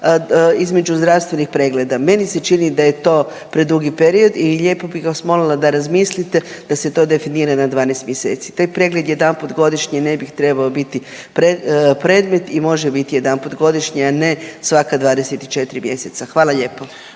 između zdravstvenih pregleda. Meni se čini da je to predugi period i lijepo bih vas molila da razmislite da se to definira na 12 mjeseci. Taj pregled jedanput godišnje ne bi trebao biti predmet i može biti jedanput godišnje, a ne svaka 24 mjeseca. Hvala lijepo.